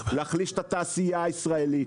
להחליש את התעשייה הישראלית.